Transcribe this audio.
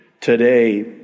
today